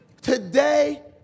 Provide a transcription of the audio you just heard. Today